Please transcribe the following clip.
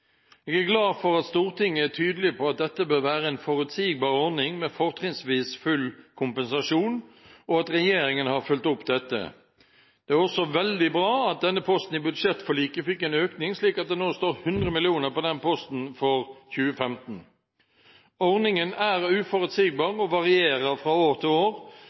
Jeg er glad for at Stortinget er tydelig på at dette bør være en forutsigbar ordning med fortrinnsvis full kompensasjon, og at regjeringen har fulgt opp dette. Det er også veldig bra at denne posten i budsjettforliket fikk en økning, slik at det nå står 100 mill. kr på posten for 2015. Ordningen er uforutsigbar og varierer fra år til år.